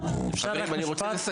אני רוצה לסכם.